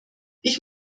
ich